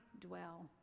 dwell